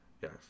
Yes